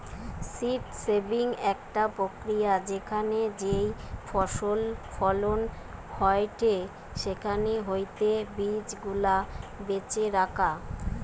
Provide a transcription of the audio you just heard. seed saving একটা প্রক্রিয়া যেখানে যেই ফসল ফলন হয়েটে সেখান হইতে বীজ গুলা বেছে রাখা